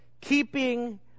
Keeping